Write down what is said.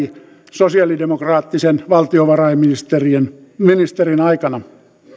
sosialidemokraattisen valtiovarainministerin aikana